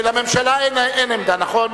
לממשלה אין עמדה, נכון?